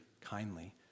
kindly